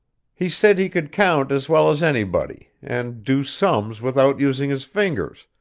he said he could count as well as anybody, and do sums without using his fingers,